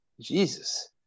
Jesus